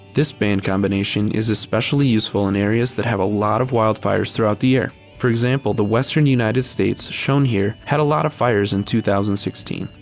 this band combination is especially useful in areas that have a lot of wildfires throughout the year. for example, the western united states, shown here, had a lot of fires in two thousand and sixteen.